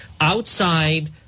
outside